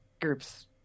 groups